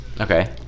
okay